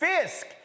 Fisk